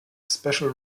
special